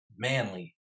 Manly